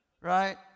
right